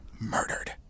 murdered